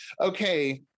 okay